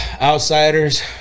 Outsiders